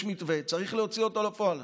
יש מתווה, צריך להוציא אותו לפועל.